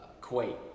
Kuwait